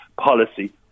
policy